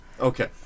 Okay